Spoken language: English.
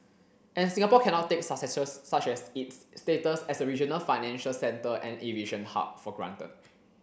and Singapore cannot take successes such as its status as a regional financial centre and aviation hub for granted